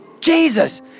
Jesus